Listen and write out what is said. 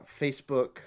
Facebook